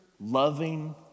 loving